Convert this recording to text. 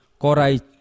Korai